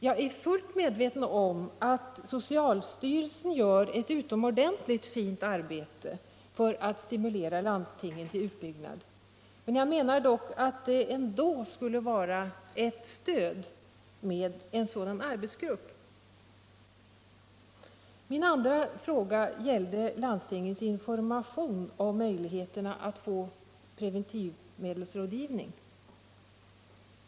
Jag är fullt medveten om att socialstyrelsen gör ett utomordentligt fint arbete för att stimulera landstingen till utbyggnad, men jag menar ändå att en sådan arbetsgrupp skulle vara ett stöd. Min andra fråga gällde landstingens information om möjligheterna att få preventivmedelsrådgivning.